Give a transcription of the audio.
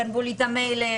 גנבו לי את המייל.